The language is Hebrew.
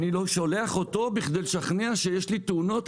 אני שולח אותו על מנת לשכנע שיש לי תאונות,